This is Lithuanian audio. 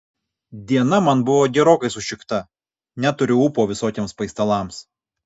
diena man buvo gerokai sušikta neturiu ūpo visokiems paistalams